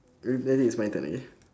it's my turn again